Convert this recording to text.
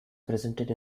presented